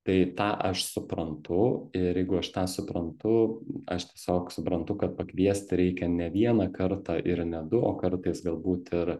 tai tą aš suprantu ir jeigu aš tą suprantu aš tiesiog suprantu kad pakviesti reikia ne vieną kartą ir ne du o kartais galbūt ir